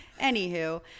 Anywho